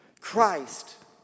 Christ